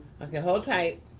okay, hold tight.